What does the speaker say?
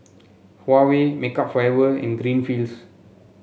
Huawei Makeup Forever and Greenfields